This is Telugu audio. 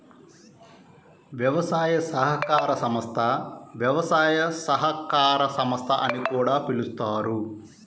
వ్యవసాయ సహకార సంస్థ, వ్యవసాయ సహకార సంస్థ అని కూడా పిలుస్తారు